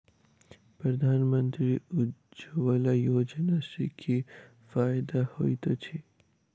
प्रधानमंत्री उज्जवला योजना सँ की फायदा होइत अछि?